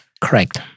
correct